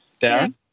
Darren